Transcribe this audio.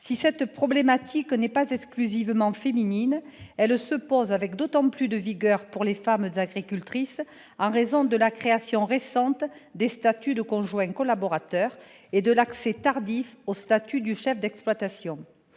Si cette problématique n'est pas exclusivement féminine, elle se pose avec d'autant plus de vigueur pour les femmes agricultrices en raison de la création récente du statut de conjoint collaborateur et de l'accès tardif au statut de chef d'exploitation.